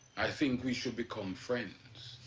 i think we should become friends.